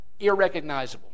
Irrecognizable